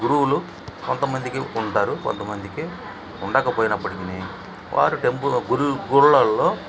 గురువులు కొంతమందికి ఉంటారు కొంతమందికి ఉండకపోయినప్పటికినీ వారు టెంపు గుళ్ళో